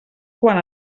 quan